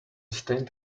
stained